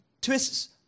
twists